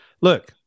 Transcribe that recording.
Look